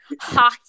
ha